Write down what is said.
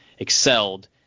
excelled